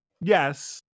Yes